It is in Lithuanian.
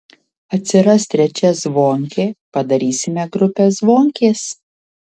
atsiras trečia zvonkė padarysime grupę zvonkės